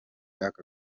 aka